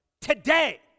Today